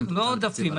לא עודפים.